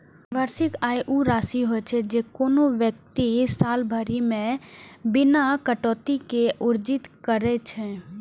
वार्षिक आय ऊ राशि होइ छै, जे कोनो व्यक्ति साल भरि मे बिना कटौती के अर्जित करै छै